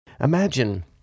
Imagine